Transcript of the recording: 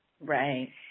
Right